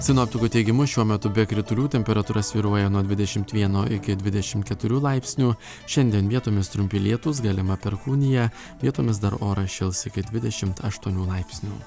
sinoptikų teigimu šiuo metu be kritulių temperatūra svyruoja nuo dvidešim vieno iki dvidešim keturių laipsnių šiandien vietomis trumpi lietūs galima perkūnija vietomis dar oras šils iki dvidešim aštuonių laipsnių